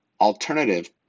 alternative